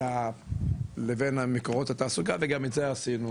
בין ה- לבין מקורות התעסוקה וגם את זה עשינו